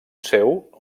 seu